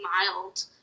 mild